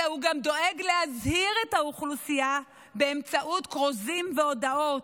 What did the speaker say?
אלא הוא גם דואג להזהיר את האוכלוסייה באמצעות כרוזים והודעות.